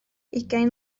ugain